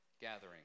gathering